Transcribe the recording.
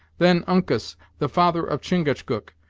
then uncas, the father of chingachgook,